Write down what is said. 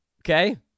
Okay